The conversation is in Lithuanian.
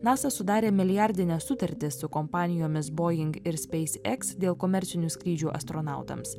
nasa sudarė milijardinę sutartį su kompanijomis boing ir speis iks dėl komercinių skrydžių astronautams